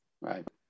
Right